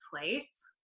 place